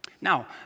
Now